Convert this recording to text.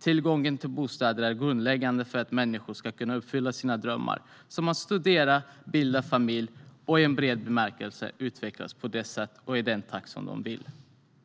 Tillgången till bostäder är grundläggande för att människor ska kunna uppfylla sina drömmar, som att studera, bilda familj och i en bred bemärkelse utvecklas på det sätt och i den takt som de vill.